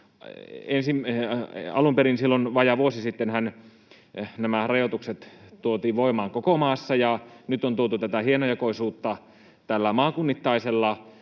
Alun perin silloin vajaa vuosi sittenhän nämä rajoitukset tuotiin voimaan koko maassa. Nyt on tuotu tätä hienojakoisuutta tällä maakunnittaisella